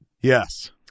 Yes